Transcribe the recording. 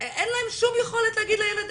אין להם שום יכולת להגיד לילד,